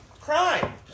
crime